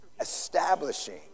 establishing